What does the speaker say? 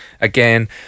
again